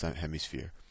hemisphere